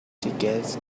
ticket